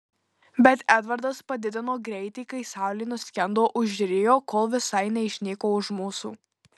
bet edvardas padidino greitį kai saulė nuskendo už rio kol visai neišnyko už mūsų